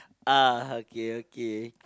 ah okay okay